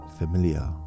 familiar